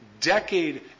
decade